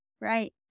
Right